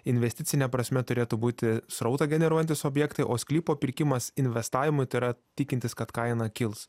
investicine prasme turėtų būti srautą generuojantys objektai o sklypo pirkimas investavimui tai yra tikintis kad kaina kils